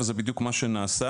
וזה בדיוק מה שנעשה.